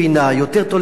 יותר טולרנטית,